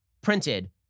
printed